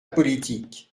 politique